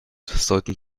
sollten